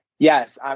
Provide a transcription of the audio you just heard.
Yes